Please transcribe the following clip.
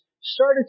started